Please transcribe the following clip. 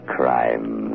crime